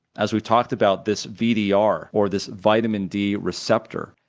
as we talked about this vdr, or this vitamin d receptor,